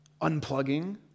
unplugging